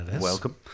welcome